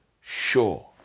sure